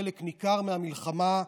בחלק ניכר מהמלחמה,